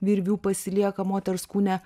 virvių pasilieka moters kūne